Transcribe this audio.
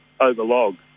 overlog